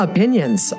Opinions